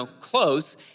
close